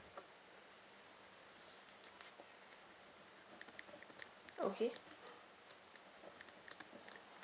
okay